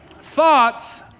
thoughts